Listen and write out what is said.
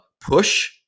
push